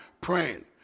praying